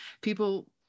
people